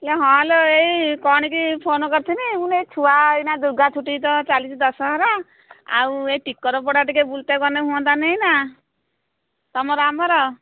ଇଲୋ ହଁ ଲୋ ଏହି କଣିକି ଫୋନ୍ କରିଥିଲି ମୁଁ କହିଲି ଛୁଆ ଏଇନା ଦୁର୍ଗା ଛୁଟି ତ ଚାଲିଛି ଦଶହରା ଆଉ ଏହି ଟିକରପଡ଼ା ଟିକେ ବୁଲତେ ଗଲେ ହୁଅନ୍ତା ନାଇଁ ନା ତୁମର ଆମର